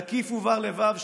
/ תקיף ובר-לבב,